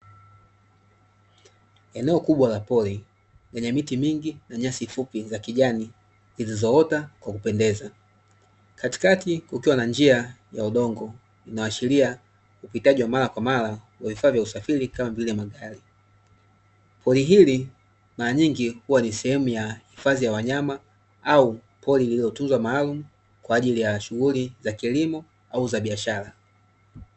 Eneo kubwa la pori, lenye miti mingi na nyasi fupi za kijani zilizoota kwa kupendeza, katikati kukiwa na njia ya udongo inayoashiria upitaji wa marakwamara wa vifaa vya usafiri kama vile; magari. Pori hili mara nyingi huwa ni hifadhi ya wanyama au pori lililotunzwa maalumu kwaajili ya shughuli za kilimo au za biashara.